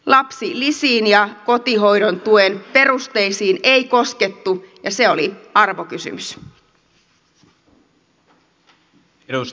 lapsilisiin ja kotihoidon tuen perusteisiin ei koskettu ja se oli arvokysymys